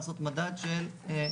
כמפורט להלן,